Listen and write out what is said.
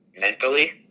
mentally